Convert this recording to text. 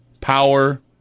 power